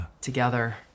together